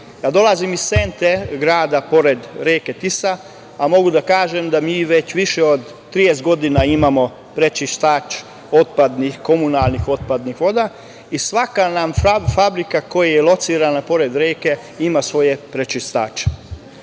vode. Dolazim iz Sente, grada pored reke Tisa pa mogu da kažem da vi već više od 30 godina imamo prečistač otpadnih komunalnih voda i svaka nam fabrika koja je locirana pored reke ima svoje prečistače.